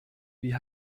wie